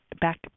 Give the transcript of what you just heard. Back